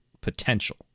potential